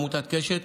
עמותת קשת,